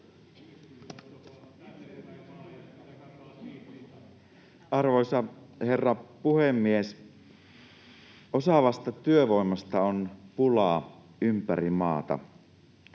Arvoisa herra puhemies! Osaavasta työvoimasta on pula ympäri maata.